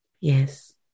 Yes